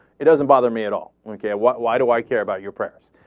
it doesn't bother me at all. like yeah why why do i care about your prayers